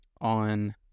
on